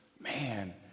man